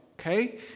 Okay